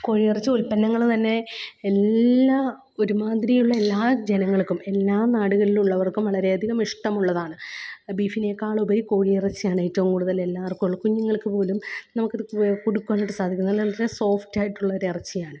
കോഴിയിറച്ചി ഉല്പ്പന്നങ്ങൾ തന്നെ എല്ലാ ഒരുമാതിരിയുള്ള എല്ലാ ജനങ്ങള്ക്കും എല്ലാ നാടുകളില് ഉള്ളവര്ക്കും വളരെയധികം ഇഷ്ടമുള്ളതാണ് ബീഫിനേക്കാളുപരി കോഴിയിറച്ചിയാണ് ഏറ്റവും കൂടുതല് എല്ലാവര്ക്കും ഉള്ളു കുഞ്ഞുങ്ങള്ക്ക് പോലും നമുക്കിത് കൊടുക്കുവാനായിട്ട് സാധിക്കും നല്ല വളരെ സോഫ്റ്റ് ആയിട്ടുള്ള ഒരു ഇറച്ചിയാണ്